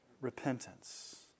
Repentance